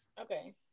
Okay